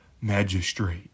magistrate